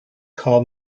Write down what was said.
call